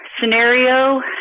scenario